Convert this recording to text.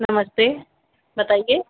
नमस्ते बताइए